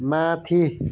माथि